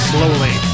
Slowly